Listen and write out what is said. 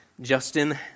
Justin